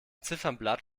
ziffernblatt